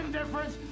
difference